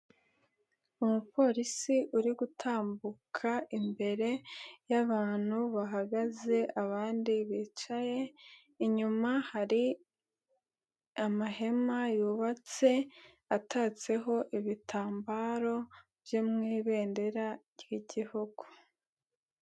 Umupolisi uri gutambuka imbere y'abantu bahagaze abandi bicaye, inyuma hari amahema yubatse atatseho ibitambaro byo mu ibendera ry'igihugu.